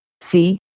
see